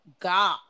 God